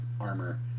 armor